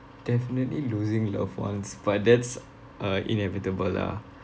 definitely losing loved ones but that's uh inevitable lah